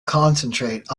concentrate